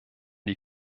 die